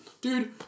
Dude